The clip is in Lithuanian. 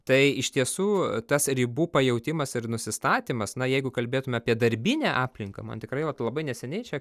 tai iš tiesų tas ribų pajautimas ir nusistatymas na jeigu kalbėtume apie darbinę aplinką man tikrai labai neseniai čia